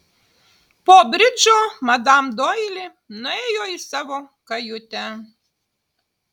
po bridžo madam doili nuėjo į savo kajutę